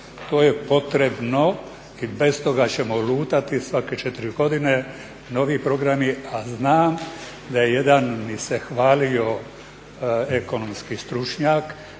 To je potrebno i bez toga ćemo lutat i, svake 4 godine novi programi, a znam da je jedan mi se hvalio ekonomski stručnjak